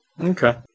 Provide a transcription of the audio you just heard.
Okay